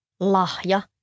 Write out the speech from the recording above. Lahja